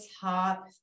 top